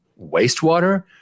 wastewater